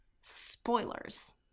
Spoilers